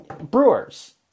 Brewers